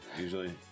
usually